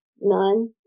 none